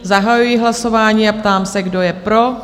Zahajuji hlasování a ptám se, kdo je pro?